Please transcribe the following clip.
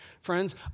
Friends